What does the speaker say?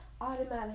automatically